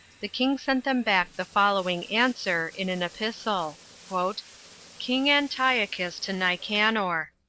the king sent them back the following answer, in an epistle king antiochus to nicanor.